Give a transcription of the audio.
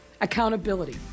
Accountability